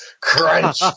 crunch